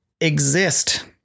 exist